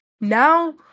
now